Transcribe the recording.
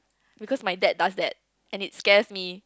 because my dad does that and it scares me